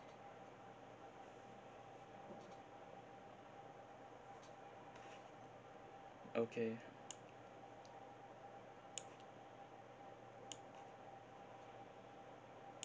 okay